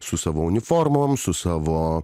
su savo uniformom su savo